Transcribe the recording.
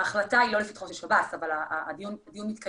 ההחלטה היא לא לפתחו של שב"ס אבל דיון מתקיים.